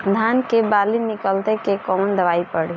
धान के बाली निकलते के कवन दवाई पढ़े?